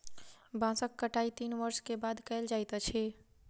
बांसक कटाई तीन वर्ष के बाद कयल जाइत अछि